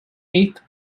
eighth